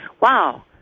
wow